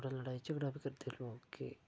थोह्ड़ा लड़ाई झगड़ा बी करदे लोक के